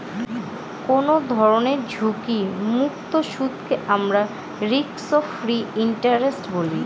কোনো ধরনের ঝুঁকিমুক্ত সুদকে আমরা রিস্ক ফ্রি ইন্টারেস্ট বলি